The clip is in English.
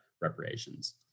reparations